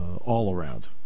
all-around